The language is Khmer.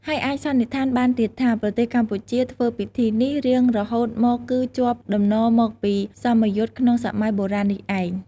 ហើយអាចសន្និដ្ឋានបានទៀតថា ប្រទេសកម្ពុជាធ្វើពិធីនេះរៀងរហូតមកគឺ ជាប់តំណមកពីសមយុទ្ធក្នុងសម័យបុរាណនេះឯង។